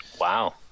Wow